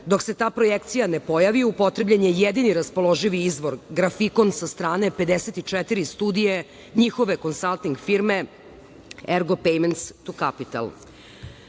se ta projekcija ne pojavi upotrebljen je jedini raspoloživi izvor, grafikon sa strane 54 studije njihove konsalting firme „Ergo Payments To Capital“.Kažu